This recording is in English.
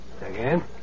Again